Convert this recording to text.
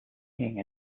seeing